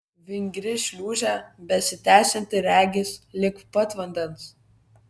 vingri šliūžė besitęsianti regis lig pat vandens